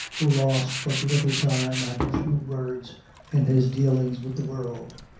who lost but little time and few words in his dealings with the world.